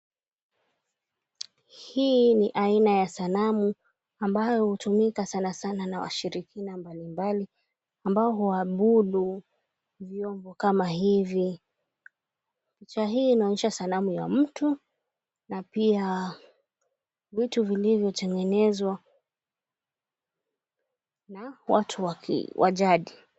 Hii ni aina ya sanamu ambayo hutumika sanasana na washirikina mbalimbali ambao huabudu vyombo kama hivi. Picha hii inaonyesha sanamu ya mtu na pia vitu vilivyotengenezwa na watu wa jadi.